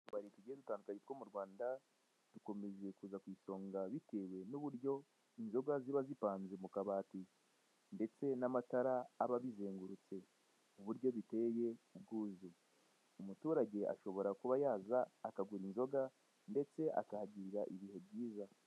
Utubari tugiye dutandukanye two mu Rwanda, dukomeje kuza ku isonga bitewe n'uburyo inzoga ziba zipanze mu kabati, ndetse n'amatara aba abizengurutse ku buryo biteye ubwuzu. Umuturage ashobora kuba yaza akagura inzoga ndetse akahagirira ibihe byiza.